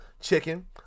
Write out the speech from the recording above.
Chicken